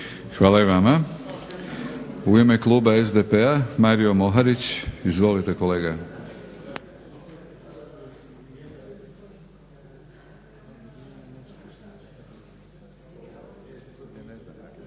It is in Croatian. Hvala i vama. U ime kluba SDP-a Mario Moharić. Izvolite kolega.